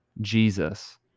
Jesus